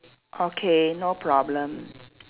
okay no problem